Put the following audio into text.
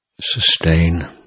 sustain